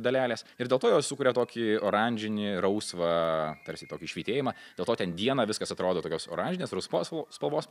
dalelės ir dėl to jos sukuria tokį oranžinį rausvą tarsi tokį švytėjimą dėl to ten dieną viskas atrodo tokios oranžinės rusvos spalvos